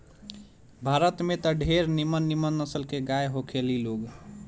भारत में त ढेरे निमन निमन नसल के गाय होखे ली लोग